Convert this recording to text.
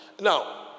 Now